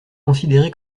considéré